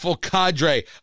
cadre